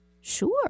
Sure